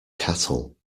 cattle